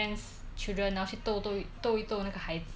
or maybe I will just be a ol~ old cat lady